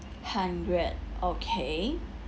hundred okay